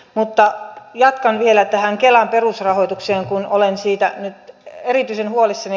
mutta jatkan vielä tästä kelan perusrahoituksesta kun olen siitä nyt erityisen huolissani